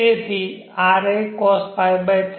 તેથીrα cosπ3